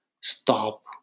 stop